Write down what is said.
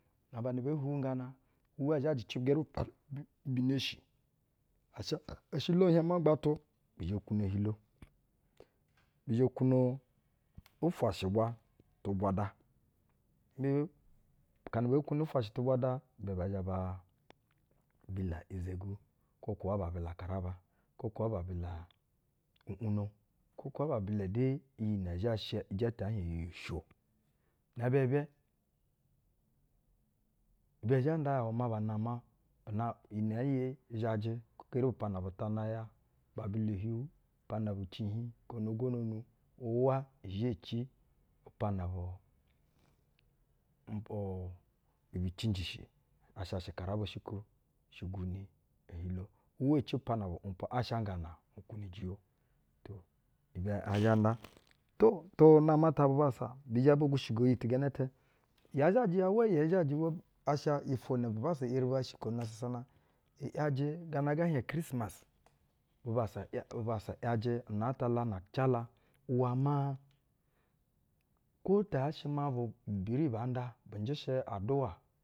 Na-aba na bee hwuwi ŋgana, uwa zhajɛ ci geri hu upiana bi neshi, asha, eshilo hieŋ ma gbatu, bi zhɛ kwuno-ehilo, bi zhɛ kwuni ufwuni ufwashɛ tu bwada, ibɛ bɛɛ zhɛ ba bila izegwu, kwo kaa a bila akaraba, kwo ba bila u’wuno, kwo kaa ba bila de iyi nɛ zhɛ shi ijɛtɛ ɛɛ zhɛ hieŋ iyi-usho. Na-aba ibɛ, ibɛ zhɛ nda ya iwɛ maa nama, ineye zhajɛ kwo gari bu upiana bu tana, ba bila-ohiu, ne bi ciihin gana gononu, uwa che ci upiana bu ump, bi cinjishi, asha shɛkaraba shi ko shɛ nɛ ne-ehilo uwa ci upiana ba umpwa asha ŋgana kwuni ujiyo. To, ibɛ ɛɛ zhɛ na. To, tu namo ta bubassa, bi zhɛ bo gwushigo iyi ti gɛnɛ-ɛtɛ, yɛɛ zhajɛ ya uwa yɛɛ zhajɛ wa, asha ofwo na bubassa eri bo shikono sasana, iyajɛ gana ga ɛɛ hieŋ krismas, bubassa ‘iya bubassa ‘yajɛ inɛ la nu cala, iwɛ maa kwo ti yaa shɛ ma bu, ibiri baa nda bɛ njɛ shɛ aduwa.